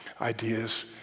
Ideas